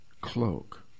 cloak